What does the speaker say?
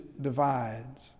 divides